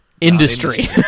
Industry